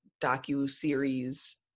docu-series